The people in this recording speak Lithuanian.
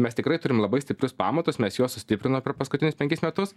mes tikrai turim labai stiprius pamatus mes juos sustiprino per paskutinius penkis metus